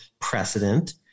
precedent